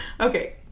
Okay